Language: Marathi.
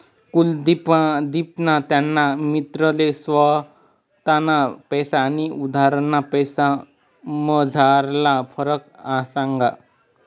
कुलदिपनी त्याना मित्रले स्वताना पैसा आनी उधारना पैसासमझारला फरक सांगा